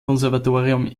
konservatorium